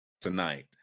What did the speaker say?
tonight